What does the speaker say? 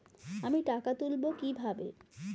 আমি টাকা তুলবো কি ভাবে?